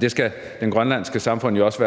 det skal det grønlandske samfund jo også